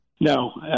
No